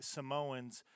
Samoans